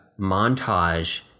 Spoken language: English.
montage